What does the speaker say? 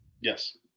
Yes